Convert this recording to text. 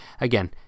again